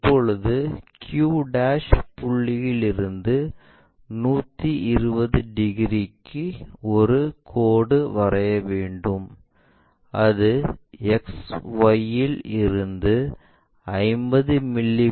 இப்பொழுது q புள்ளியில் இருந்து 120 டிகிரிக்கு ஒரு கோடு வரைய வேண்டும் அது XY இல் இருந்து 50 மி